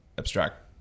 Abstract